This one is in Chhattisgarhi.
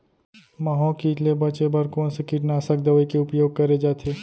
माहो किट ले बचे बर कोन से कीटनाशक दवई के उपयोग करे जाथे?